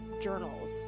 journals